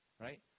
Right